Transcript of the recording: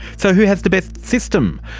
so who has the best system?